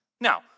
Now